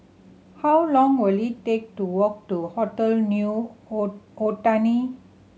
how long will it take to walk to Hotel New Otani